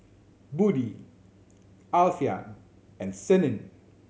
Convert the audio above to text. Budi Alfian and Senin